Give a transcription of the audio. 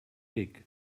twig